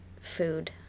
food